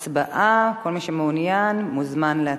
כל מי שמעוניין, מוזמן להצביע.